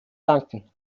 danken